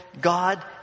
God